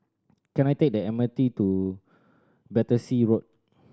can I take the M R T to Battersea Road